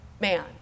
man